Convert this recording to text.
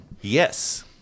Yes